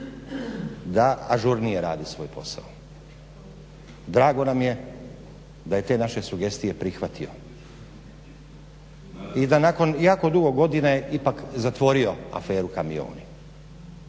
da ažurnije radi svoj posao. Drago nam je da je te naše sugestije prihvatio. I da nakon jako dugo godina je ipak zatvorio Aferu Kamioni